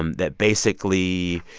um that basically